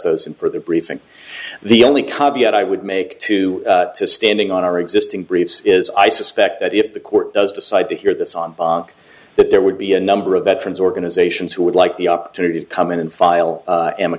those in for the briefing the only copy i would make to standing on our existing briefs is i suspect that if the court does decide to hear this on that there would be a number of veterans organizations who would like the opportunity to come in and file